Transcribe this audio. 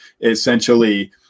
essentially